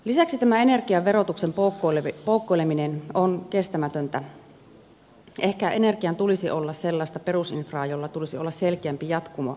lisäksi tämä energiaverotuksen poukkoileminen on kestämätöntä ehkä energian tulisi olla sellaista perusinfraa jolla tulisi olla selkeämpi jatkumo hallitusohjelmien vaihtuessa